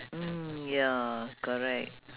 mm ya correct